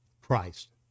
Christ